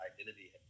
identity